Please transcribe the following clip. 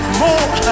more